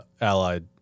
allied